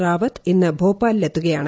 റാവത്ത് ഇന്ന് ഭോപ്പാലിലെത്തുകയാണ്